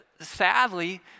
Sadly